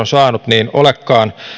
saanut olekaan